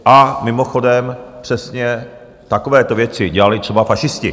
A mimochodem přesně takovéto věci dělali třeba fašisti.